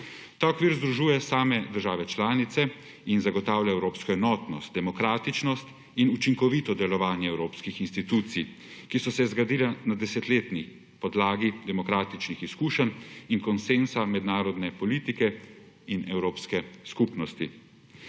Ta okvir združuje same države članice in zagotavlja evropsko enotnost, demokratičnost in učinkovito delovanje evropskih institucij, ki so se zgradile na desetletni podlagi demokratičnih izkušenj in konsenza mednarodne politike in evropske skupnosti.